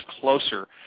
closer